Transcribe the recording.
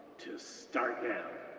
to start now.